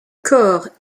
corps